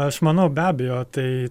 aš manau be abejo tai